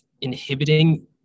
inhibiting